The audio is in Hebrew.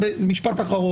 משפט אחרון.